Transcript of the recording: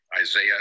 Isaiah